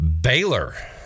Baylor